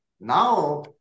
now